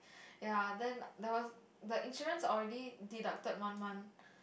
ya then there was the insurance already deducted one month